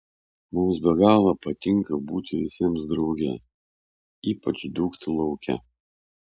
mums be galo patinka būti visiems drauge ypač dūkti lauke